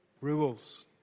Rules